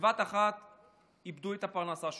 בבת אחת איבדו את הפרנסה שלהם.